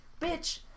bitch